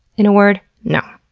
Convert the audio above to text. in a word no.